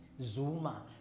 Zuma